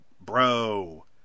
bro